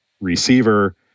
receiver